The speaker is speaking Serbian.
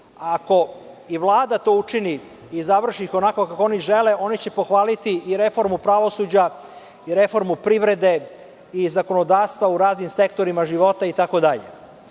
Ako i Vlada to učini i završi ih onako kako oni žele, oni će pohvaliti i reformu pravosuđa i reformu privrede i zakonodavstva u raznim sektorima života